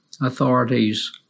authorities